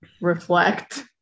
reflect